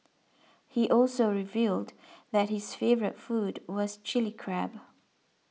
he also revealed that his favourite food was Chilli Crab